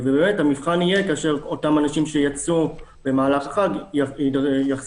המבחן יהיה כאשר אותם אנשים שיצאו במהלך החג יחזרו